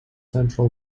central